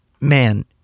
man